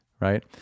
right